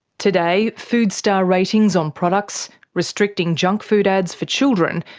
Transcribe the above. today, food star ratings on products, restricting junk food ads for children,